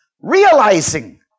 realizing